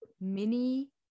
mini